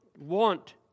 want